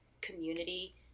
community